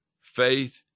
Faith